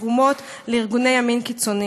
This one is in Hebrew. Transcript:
בתרומות לארגוני ימין קיצוני.